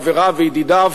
חבריו וידידיו